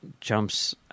jumps